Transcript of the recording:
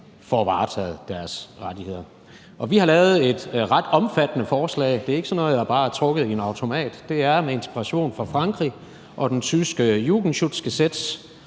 får varetaget deres rettigheder. Vi har lavet et ret omfattende forslag – det er ikke sådan noget, jeg bare har trukket i en automat, men det er med inspiration fra Frankrig og den tyske Jugendschutzgesetz,